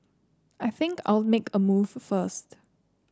I think I'll make a move first